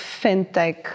fintech